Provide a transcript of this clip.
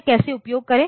तो यह कैसे उपयोग करें